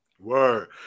Word